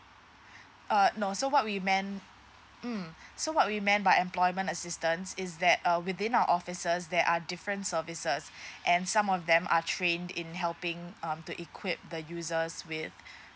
uh no so what we meant mm so what we meant by employment assistance is that uh within our offices there are different services and some of them are trained in helping um to equip the users with